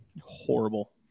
horrible